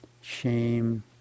shame